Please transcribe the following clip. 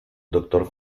doctor